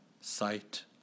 sight